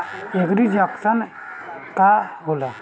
एगरी junction का होला?